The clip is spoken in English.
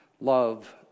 Love